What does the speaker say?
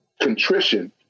contrition